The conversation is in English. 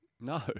No